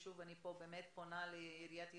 שוב, אני פה באמת פונה לעיריית ירושלים,